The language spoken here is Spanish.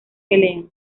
pelean